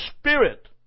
Spirit